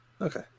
Okay